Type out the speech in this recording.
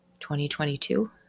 2022